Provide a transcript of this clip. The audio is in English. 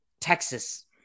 Texas